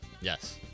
Yes